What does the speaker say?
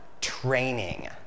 training